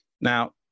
Now